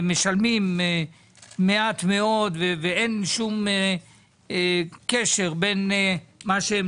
משלמים מעט מאוד ואין שום קשר בין מה שהם